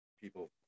people